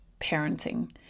parenting